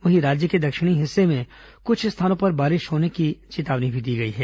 वहीं राज्य के दक्षिणी हिस्से में कुछ स्थानों पर भारी बारिश होने की चेतावनी भी दी गई है